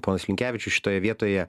ponas linkevičius šitoje vietoje